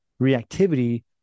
reactivity